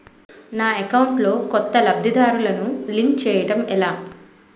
నా అకౌంట్ లో కొత్త లబ్ధిదారులను లింక్ చేయటం ఎలా?